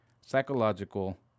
Psychological